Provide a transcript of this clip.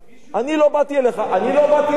אני לא באתי אליך.